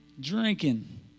drinking